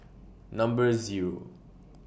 Number Zero